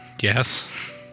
yes